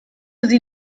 sie